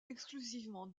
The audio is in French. exclusivement